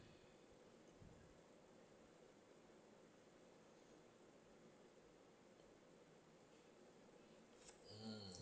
mmhmm